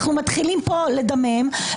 אנחנו מתחילים פה לדמם,